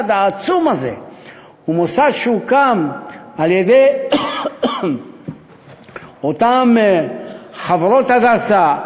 העצום הזה הוקם על-ידי אותן חברות "הדסה",